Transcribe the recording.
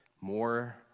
more